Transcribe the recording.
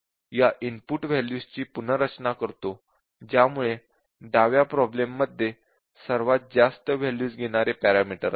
म्हणून आपण या इनपुट वॅल्यू टेबल ची पुनर्रचना करतो ज्यामुळे डाव्या कॉलम मध्ये सर्वात जास्त वॅल्यूज घेणारे पॅरामीटर असेल